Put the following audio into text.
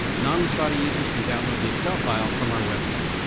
non-lastrada users can download the excel file from our website.